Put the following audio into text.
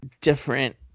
different